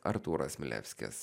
artūras milevskis